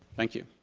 thank you.